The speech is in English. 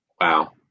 wow